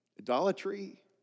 Idolatry